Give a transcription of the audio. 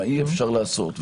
מה אי אפשר לעשות,